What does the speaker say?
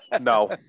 No